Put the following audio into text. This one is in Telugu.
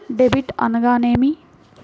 డెబిట్ అనగానేమి?